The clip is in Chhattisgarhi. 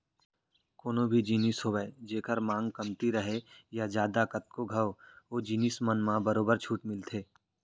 कोनो भी जिनिस होवय जेखर मांग कमती राहय या जादा कतको घंव ओ जिनिस मन म बरोबर छूट मिलथे